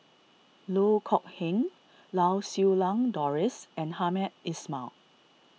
Loh Kok Heng Lau Siew Lang Doris and Hamed Ismail